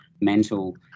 mental